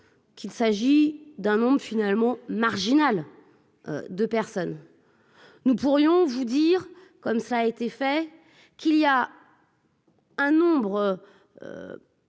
qu'il s'agit d'un monde finalement marginal de personnes nous pourrions vous dire comme ça a été fait, qu'il y a un nombre